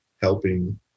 helping